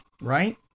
right